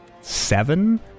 Seven